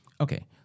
Okay